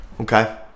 Okay